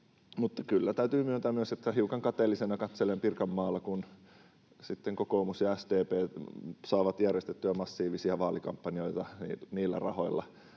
Mutta kyllä täytyy myös myöntää, että hiukan kateellisena katselen Pirkanmaalla, kun kokoomus ja SDP saavat järjestettyä niillä rahoilla massiivisia vaalikampanjoita verrattuna